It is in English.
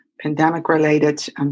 pandemic-related